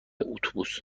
اتوبوس